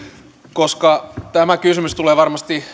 koska tämä kysymys tulee varmasti